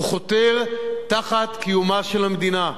חותר תחת קיומה של המדינה.